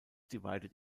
divided